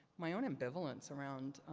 my own ambivalence around